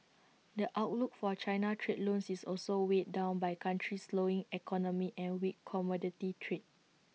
the outlook for China trade loans is also weighed down by the country's slowing economy and weak commodity trade